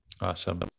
Awesome